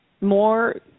more